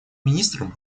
министр